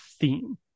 theme